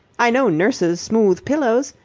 i know nurses smooth pillows.